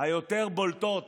היותר-בולטות